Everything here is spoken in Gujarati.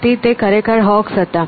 તેથી તે ખરેખર હોક્સ હતા